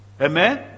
Amen